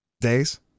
days